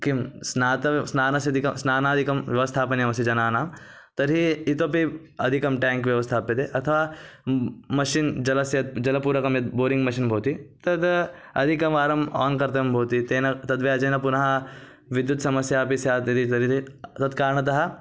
किं स्नात्वा स्नानस्याधिकं स्नानादिकं व्यवस्थापनीयमस्ति जनानां तर्हि इतोपि अधिकं टेङ्क् व्यवस्थाप्यते अथवा मशिन् जलस्य जलपूरकं यद् बोरिङ्ग् मशिन् भवति तद् अधिकवारम् आन् कर्तव्यं भवति तेन तद्व्याजेन पुनः विद्युत् समस्या अपि स्यात् इति तर्हि तत्कारणतः